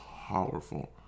powerful